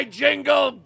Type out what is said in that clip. jingle